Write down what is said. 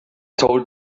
told